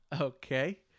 Okay